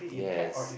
yes